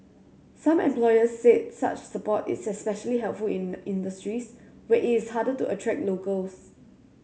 some employers said such support is especially helpful in industries where it is harder to attract locals